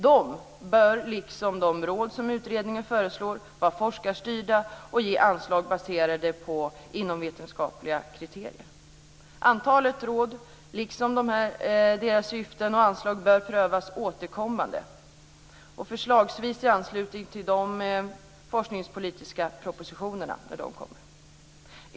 Dessa bör, liksom de råd som utredningen föreslår, vara forskarstyrda och ge anslag baserade på inomvetenskapliga kriterier. Antalet råd, liksom deras syften och anslag, bör prövas återkommande, förslagsvis i anslutning till de forskningspolitiska propositionerna.